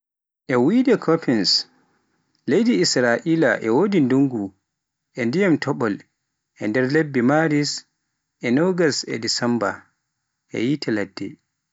E wiyde Koppens leydi israila e wodi ndungu e dyiman topol e nder lebbe Maris e nogas e Desemba e yiite ladde.